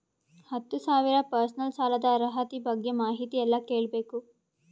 ಹತ್ತು ಸಾವಿರ ಪರ್ಸನಲ್ ಸಾಲದ ಅರ್ಹತಿ ಬಗ್ಗೆ ಮಾಹಿತಿ ಎಲ್ಲ ಕೇಳಬೇಕು?